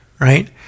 right